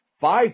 Five